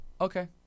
okay